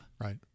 right